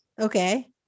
okay